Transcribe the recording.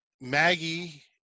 Maggie